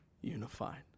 unified